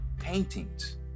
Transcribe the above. paintings